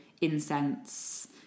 incense